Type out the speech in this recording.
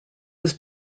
was